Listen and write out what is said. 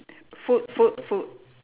food food food